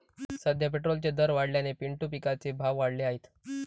सध्या पेट्रोलचे दर वाढल्याने पिंटू पिकाचे भाव वाढले आहेत